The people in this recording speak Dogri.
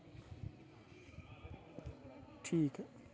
ठीक ऐ